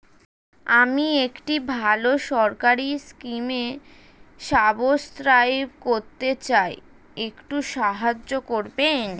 আমি একটি ভালো সরকারি স্কিমে সাব্সক্রাইব করতে চাই, একটু সাহায্য করবেন?